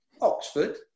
Oxford